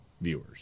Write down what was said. viewers